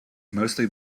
mostly